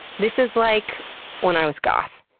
this is like when i was goth.